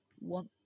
want